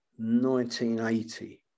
1980